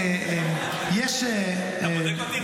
יש --- אתה בודק אותי?